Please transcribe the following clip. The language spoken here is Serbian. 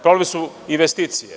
Problem su investicije.